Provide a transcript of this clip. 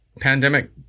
pandemic